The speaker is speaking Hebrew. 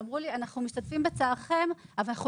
אמרו לי אנחנו משתתפים בצערכם אבל אנחנו